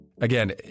Again